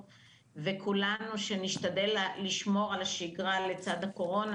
וכולנו שנשתדל לשמור על השגרה לצד הקורונה,